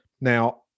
Now